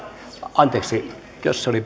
anteeksi jos se oli